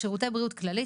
שירותי בריאות כללית